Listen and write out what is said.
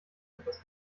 etwas